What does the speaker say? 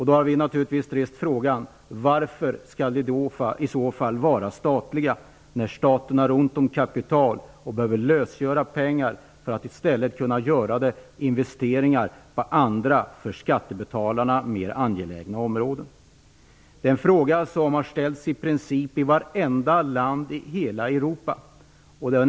Då har vi naturligtvis rest frågan: Varför skall företagen i så fall vara statliga när staten har ont om kapital och behöver lösgöra pengar för att kunna göra investeringar på andra för skattebetalarna mer angelägna områden? Det är en fråga som har ställts i princip i vartenda land i hela Europa.